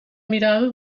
mirada